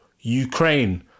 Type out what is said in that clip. Ukraine